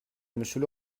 monsieur